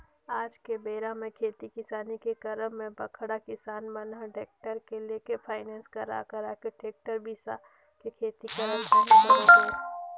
आज के बेरा म खेती किसानी के करब म बड़का किसान मन ह टेक्टर लेके फायनेंस करा करा के टेक्टर बिसा के खेती करत अहे बरोबर